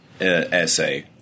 Essay